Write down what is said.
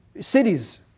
cities